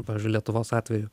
pavyzdžiui lietuvos atveju